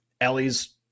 Ellie's